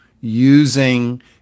using